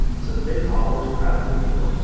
so the big hall was crowded with people,